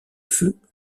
feu